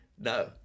No